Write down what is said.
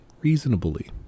reasonably